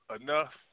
enough